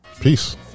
Peace